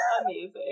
amazing